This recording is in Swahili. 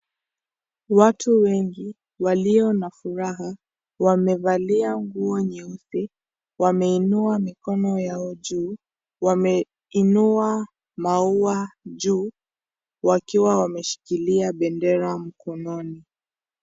Watu wengi walio na furaha wamevalia nguo nyeusi wameinua mikono yao juu ,wameinua maua juu wakiwa wameshikilia bendera mkononi.